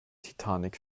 titanic